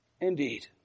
indeed